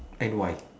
and why